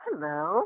Hello